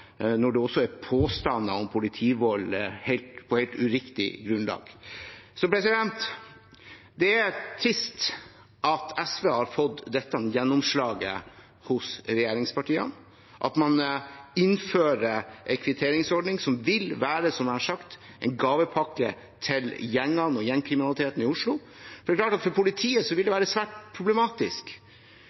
når det kommer påstander om politivold på helt uriktig grunnlag. Det er trist at SV har fått dette gjennomslaget hos regjeringspartiene, at man innfører en kvitteringsordning som vil være, som jeg har sagt, en gavepakke til gjengene og gjengkriminaliteten i Oslo. Det er klart at for politiet vil det være svært problematisk.